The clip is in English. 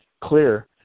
clear